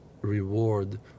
reward